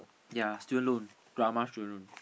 ya student loan drama student loan